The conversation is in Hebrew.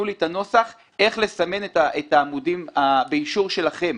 לי את הנוסח איך לסמן את העמודים באישור שלכם.